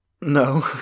No